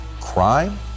crime